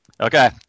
Okay